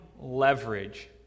leverage